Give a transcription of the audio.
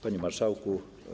Panie Marszałku!